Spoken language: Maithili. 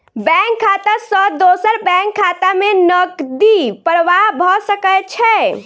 बैंक खाता सॅ दोसर बैंक खाता में नकदी प्रवाह भ सकै छै